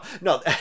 no